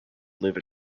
live